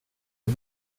det